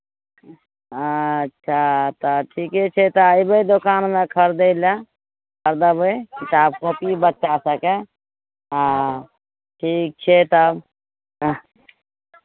अच्छा तऽ ठीके छै तऽ अयबै दोकानमे खरीदय लए खरीदबै किताब कॉपी बच्चा सभके हँ ठीक छै तब